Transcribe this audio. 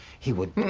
he would.